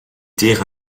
tire